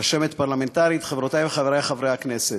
רשמת פרלמנטרית, חברותי וחברי חברי הכנסת,